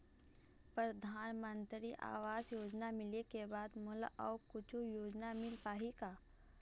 परधानमंतरी आवास योजना मिले के बाद मोला अऊ कुछू योजना हर मिल पाही का?